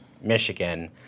Michigan